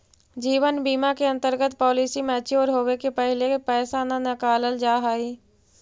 जीवन बीमा के अंतर्गत पॉलिसी मैच्योर होवे के पहिले पैसा न नकालल जाऽ हई